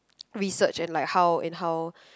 research and like how and how